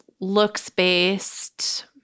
looks-based